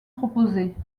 proposées